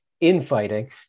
infighting